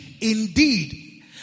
Indeed